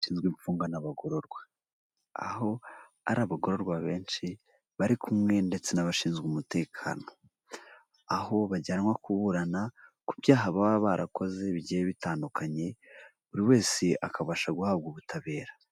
Ushinzwe gufungwa n'abagororwa, aho ari abagororwa benshi bari kumwe ndetse n'abashinzwe umutekano, aho bajyanwa kuburana ku byaha baba barakoze bigiye bitandukanye buri wese akabasha guhabwa ubutabera.